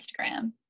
Instagram